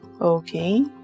Okay